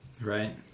Right